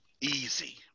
easy